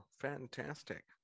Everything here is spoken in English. fantastic